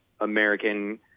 American